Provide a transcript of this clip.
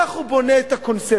כך הוא בונה את הקונספציה.